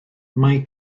mae